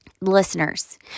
listeners